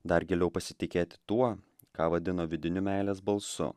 dar giliau pasitikėti tuo ką vadino vidiniu meilės balsu